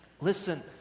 Listen